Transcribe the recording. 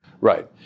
Right